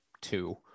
two